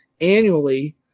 annually